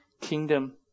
kingdom